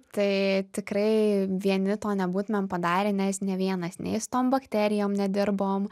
tai tikrai vieni to nebūtumėm padarę nes nė vienas nei su tom bakterijom nedirbom